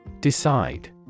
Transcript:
Decide